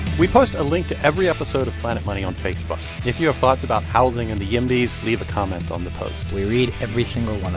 we post a link to every episode of planet money on facebook. if you have thoughts about housing and the yimbys, leave a comment on the post we read every single one